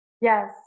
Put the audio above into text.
Yes